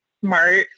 smart